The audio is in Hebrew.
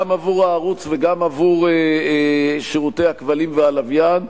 גם עבור הערוץ וגם עבור שירותי הכבלים והלוויין,